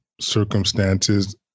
circumstances